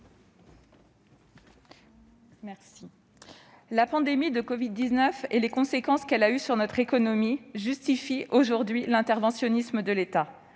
Lavarde. La pandémie de covid-19 et ses conséquences sur notre économie justifient aujourd'hui l'interventionnisme de l'État.